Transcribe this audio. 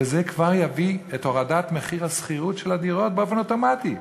וזה כבר יביא את הורדת מחיר השכירות של הדירות באופן אוטומטי.